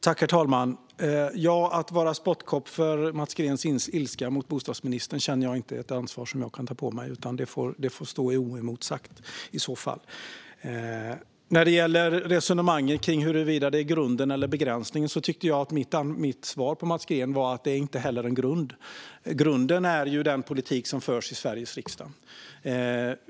Herr talman! Jag känner inte att jag kan ta på mig ansvaret att vara spottkopp för Mats Greens ilska mot bostadsministern. Det får stå oemotsagt. När det gäller resonemanget kring om avtalet är grunden eller en begränsning tycker jag att mitt svar på Mats Greens fråga var att det inte heller är en grund. Grunden är ju den politik som förs i Sveriges riksdag.